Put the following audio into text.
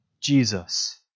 Jesus